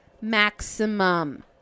maximum